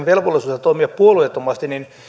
velvollisuudesta toimia puolueettomasti niin